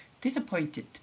disappointed